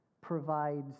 provides